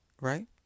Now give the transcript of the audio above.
right